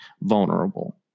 vulnerable